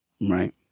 right